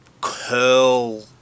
curl